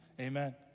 amen